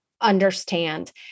understand